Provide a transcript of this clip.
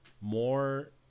more